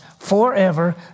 forever